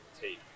tape